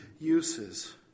uses